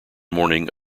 morning